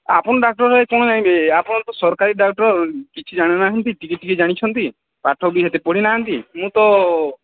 ଆପଣ ଡାକ୍ତର ହୋଇ କ'ଣ ଚାହିଁବେ ଆପଣ ତ ସରକାରୀ ଡାକ୍ତର କିଛି ଜାଣୁନାହାନ୍ତି ଟିକେ ଟିକେ ଜାଣିଛନ୍ତି ପାଠ ବି ସେତେ ପଢ଼ିନାହାନ୍ତି ମୁଁ ତ